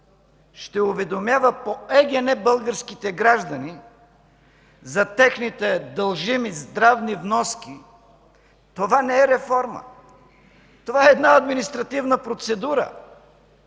ще уведомява по ЕГН българските граждани за техните дължими здравни вноски, това не е реформа! Това е една административна процедура.